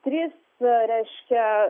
trys reiškia